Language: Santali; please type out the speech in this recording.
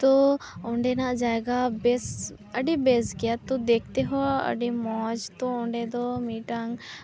ᱛᱚ ᱚᱸᱰᱮᱱᱟᱜ ᱡᱟᱭᱜᱟ ᱵᱮᱥ ᱟᱹᱰᱤ ᱵᱮᱥ ᱜᱮᱭᱟ ᱛᱚ ᱫᱮᱠᱷᱛᱮ ᱦᱚᱸ ᱟᱹᱰᱤ ᱢᱚᱡᱽ ᱛᱚ ᱚᱸᱰᱮ ᱫᱚ ᱢᱤᱫᱴᱟᱝ